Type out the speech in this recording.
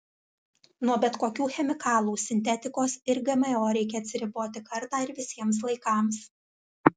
nuo bet kokių chemikalų sintetikos ir gmo reikia atsiriboti kartą ir visiems laikams